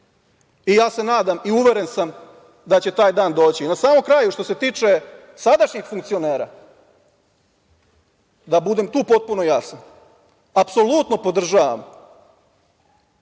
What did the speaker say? Ja se nadam i uveren sam da će taj dan doći. Na samom kraju, što se tiče sadašnjih funkcionera, da budem i tu potpuno jasan, apsolutno podržavam